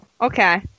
okay